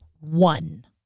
one